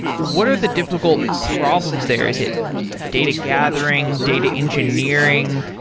what are the difficult problems there? is it ah data gathering? data engineering?